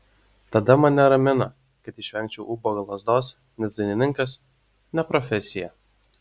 tada mane ramino kad išvengiau ubago lazdos nes dainininkas ne profesija